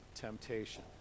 temptation